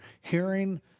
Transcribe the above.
hearing